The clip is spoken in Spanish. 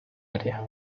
área